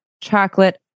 chocolate